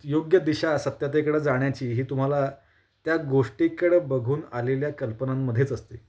योग्य दिशा सत्यतेकडं जाण्याची ही तुम्हाला त्या गोष्टीकडं बघून आलेल्या कल्पनांमध्येच असते